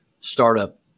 startup